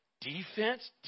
defense